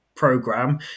Program